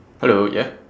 hello yeah